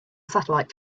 satellite